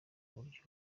buryo